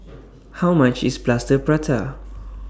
How much IS Plaster Prata